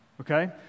Okay